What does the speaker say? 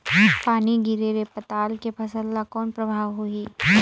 पानी गिरे ले पताल के फसल ल कौन प्रभाव होही?